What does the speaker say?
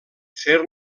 fer